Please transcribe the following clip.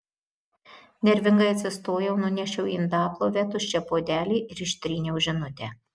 nervingai atsistojau nunešiau į indaplovę tuščią puodelį ir ištryniau žinutę